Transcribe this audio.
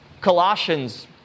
Colossians